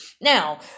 Now